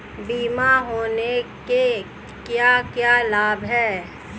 बीमा होने के क्या क्या लाभ हैं?